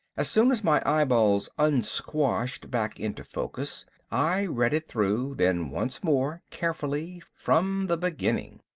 as soon as my eyeballs unsquashed back into focus i read it through, then once more, carefully, from the beginning.